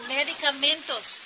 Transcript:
medicamentos